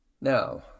Now